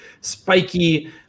spiky